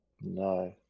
No